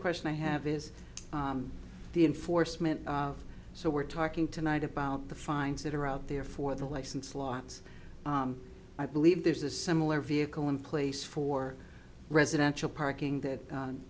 question i have is the enforcement of so we're talking tonight about the fines that are out there for the license lots i believe there's a similar vehicle in place for residential parking that